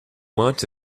want